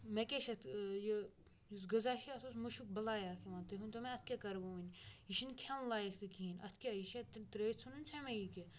مےٚ کیٛاہ چھِ اَتھ یہِ یُس غذا چھِ اَتھ اوس مُشُک بَلایا اَکھ یِوان تُہۍ ؤنۍتو مےٚ اَتھ کیٛاہ کَرٕ بہٕ وۄنۍ یہِ چھِنہٕ کھٮ۪ن لایق تہٕ کِہیٖنۍ اَتھ کیٛاہ یہِ چھا ترٛٲیِتھ ژھٕنُن چھا مےٚ یہِ کینٛہہ